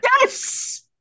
Yes